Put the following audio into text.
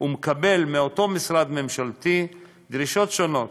ומקבל מאותו משרד ממשלתי דרישות שונות